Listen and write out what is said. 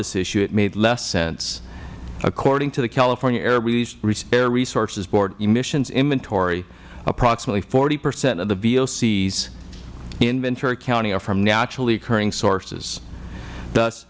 this issue it made less sense according to the california air resources board emissions inventory approximately forty percent of the vocs in ventura county are from naturally occurring sources